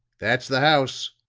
that's the house,